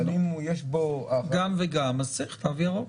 אבל אם יש בו --- גם וגם אז צריך תו ירוק,